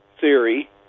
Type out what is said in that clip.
theory